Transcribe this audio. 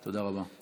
תודה רבה.